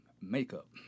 makeup